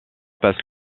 passe